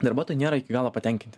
darbuotojai nėra iki galo patenkinti